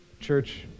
church